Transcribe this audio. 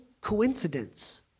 coincidence